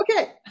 Okay